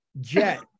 jet